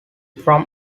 from